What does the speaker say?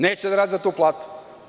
Neće da rade za tu platu.